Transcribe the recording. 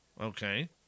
Okay